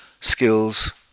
Skills